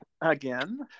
again